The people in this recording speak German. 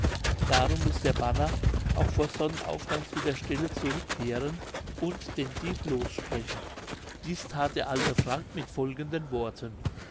darum muß der banner auch vor sonnenaufgang zu der stelle zurückkehren und den dieb lossprechen dies that der alte frank mit folgenden worten